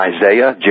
Isaiah